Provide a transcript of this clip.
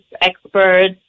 experts